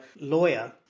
lawyer